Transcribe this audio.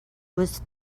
was